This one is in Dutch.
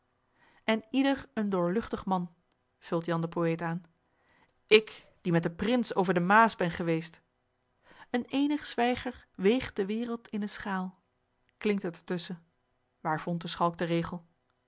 en ieder een doorluchtig man vult jan de poëet aan ik die met den prins over de maas ben geweest een eenigh zwijgher weegt de weret in een schaal klinkt het er tusschen waar vond de chalk den regel